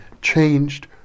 changed